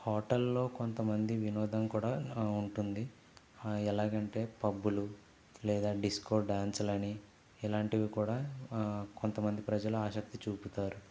హోటల్లో కొంతమంది వినోదం కూడా ఉంటుంది ఎలాగంటే పబ్బులు లేదా డిస్కో డ్యాన్సులని ఇలాంటివి కూడా కొంతమంది ప్రజలు ఆసక్తి చూపుతారు